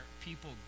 people